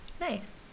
nice